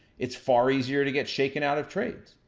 it's far easier to get shaken out of trades.